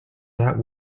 that